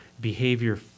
behavior